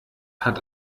hat